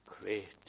Great